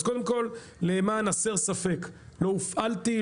אז קודם כל למען הסר ספק: לא הופעלתי,